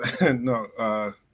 No